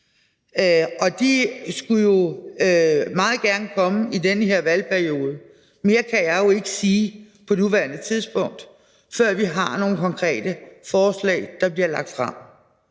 og de skulle meget gerne komme i den her valgperiode. Mere kan jeg jo ikke sige på nuværende tidspunkt, før vi har nogle konkrete forslag, der bliver lagt frem.